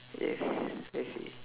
yes I see